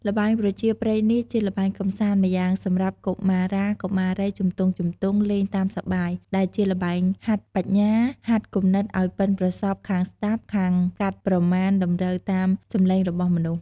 ល្បែងប្រជាប្រិយនេះ ជាល្បែងកម្សាន្តម្យ៉ាង សម្រាប់កុមារាកុមារីជំទង់ៗ លេងតាមសប្បាយ ដែលជាល្បែងហាត់បញ្ញា ហាត់គំនិតឱ្យប៉ិនប្រសប់ខាងស្តាប់ ខាងកាត់ប្រមាណតម្រូវតាមសំឡេងរបស់មនុស្ស។